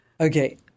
Okay